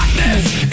Darkness